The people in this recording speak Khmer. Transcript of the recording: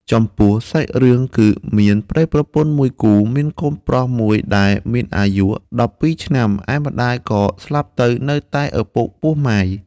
ចំពោះសាច់រឿងគឺមានប្ដីប្រពន្ធមួយគូមានកូនប្រុសមួយដែលមានអាយុ១២ឆ្នាំ ឯម្ដាយក៏ស្លាប់ទៅនៅតែឪពុកពោះម៉ាយ។